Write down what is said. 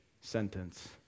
sentence